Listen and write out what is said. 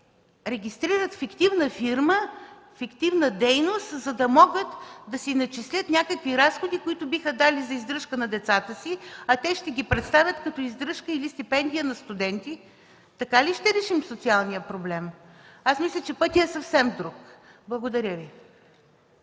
регистрират фиктивна фирма, фиктивна дейност, за да могат да си начислят някакви разходи, които биха дали за издръжка на децата си, а те ще ги представят като издръжка или стипендия на студенти! Така ли ще решим социалния проблем? Аз мисля, че пътят е съвсем друг. Благодаря Ви.